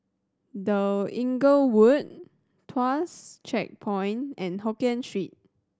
The Inglewood Tuas Checkpoint and Hokien Street